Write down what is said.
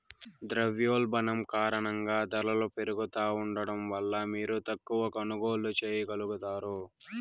ద్రవ్యోల్బణం కారణంగా దరలు పెరుగుతా ఉండడం వల్ల మీరు తక్కవ కొనుగోల్లు చేయగలుగుతారు